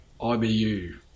IBU